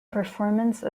performance